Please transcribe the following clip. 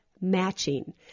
matching